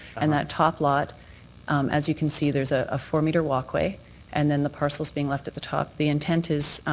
and that top lot as you can see there's a ah four metre walkway and the parcels being left at the top. the intent is